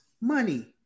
money